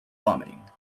vomiting